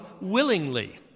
willingly